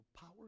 power